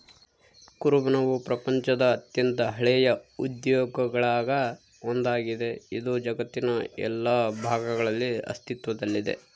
ಕುರುಬನವು ಪ್ರಪಂಚದ ಅತ್ಯಂತ ಹಳೆಯ ಉದ್ಯೋಗಗುಳಾಗ ಒಂದಾಗಿದೆ, ಇದು ಜಗತ್ತಿನ ಎಲ್ಲಾ ಭಾಗಗಳಲ್ಲಿ ಅಸ್ತಿತ್ವದಲ್ಲಿದೆ